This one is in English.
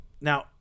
Now